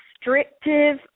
restrictive